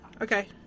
okay